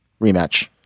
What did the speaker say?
rematch